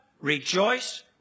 rejoice